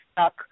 stuck